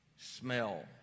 smell